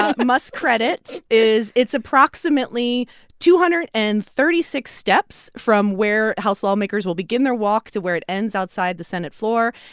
ah must credit is it's approximately two hundred and thirty six steps from where house lawmakers will begin their walk to where it ends outside the senate floor.